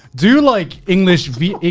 do like english v